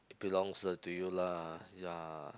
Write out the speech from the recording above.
it belongs uh to you lah ya